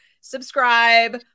subscribe